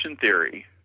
theory